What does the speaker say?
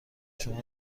شما